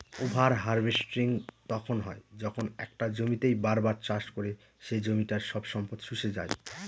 over harvesting তখন হয় যখন একটা জমিতেই বার বার চাষ করে সে জমিটার সব সম্পদ শুষে যাই